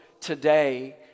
today